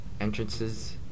Entrances